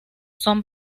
son